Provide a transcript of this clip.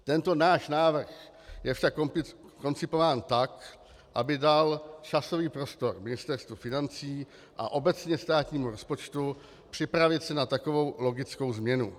Tento náš návrh je však koncipován tak, aby dal časový prostor Ministerstvu financí a obecně státnímu rozpočtu připravit se na takovou logickou změnu.